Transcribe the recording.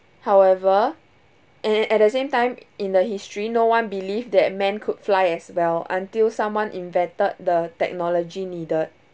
however and at the same time in the history no one believe that man could fly as well until someone invented the technology needed